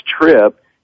trip